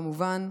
כמובן,